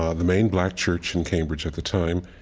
ah the main black church in cambridge at the time.